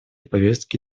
повестки